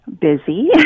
Busy